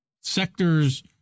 sectors